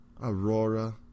Aurora